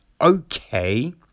okay